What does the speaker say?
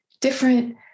different